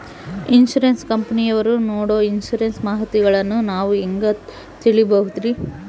Insurance ಕಂಪನಿಯವರು ನೇಡೊ insurance ಮಾಹಿತಿಗಳನ್ನು ನಾವು ಹೆಂಗ ತಿಳಿಬಹುದ್ರಿ?